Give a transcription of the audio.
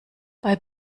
bei